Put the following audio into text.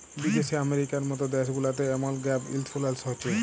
বিদ্যাশে আমেরিকার মত দ্যাশ গুলাতে এমল গ্যাপ ইলসুরেলস হছে